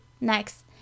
next